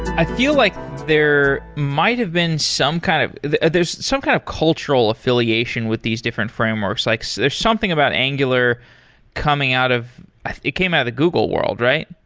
i feel like there might've been some kind of there's some kind of cultural affiliation with these different frameworks. like so there's something about angular coming out of it came out at google world, right?